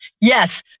Yes